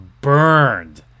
burned